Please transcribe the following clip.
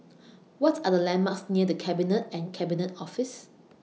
What Are The landmarks near The Cabinet and Cabinet Office